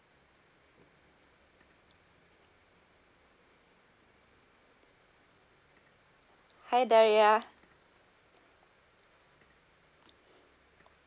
hi daria